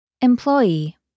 Employee